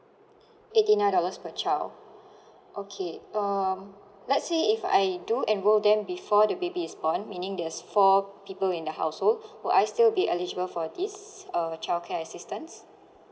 eighty nine dollars per child okay um let's say if I do enrol them before the baby is born meaning there's four people in the household will I still be eligible for this uh childcare assistance